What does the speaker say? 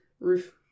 Roof